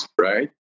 right